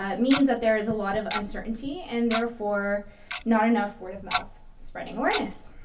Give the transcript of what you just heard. ah means that there is a lot of uncertainty, and therefore not enough word of mouth spreading awareness,